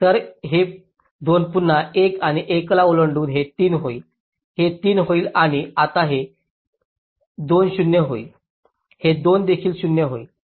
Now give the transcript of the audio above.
तर हे 2 पुन्हा 1 1 च्या ओलांडून हे 3 होईल हे 3 होईल आणि आता हे 2 0 होईल हे 2 देखील 0 होईल